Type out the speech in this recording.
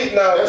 now